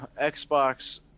Xbox